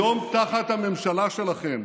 היום תחת הממשלה שלכם